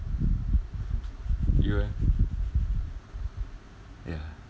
you leh ya